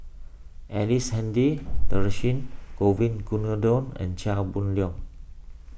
Ellice Handy Govin Winodan and Chia Boon Leong